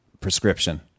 prescription